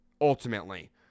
ultimately